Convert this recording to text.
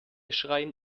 schreien